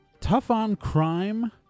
tough-on-crime